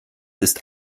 ist